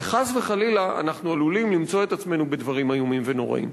וחס וחלילה אנחנו עלולים למצוא את עצמנו בדברים איומים ונוראים.